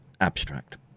abstract